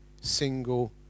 single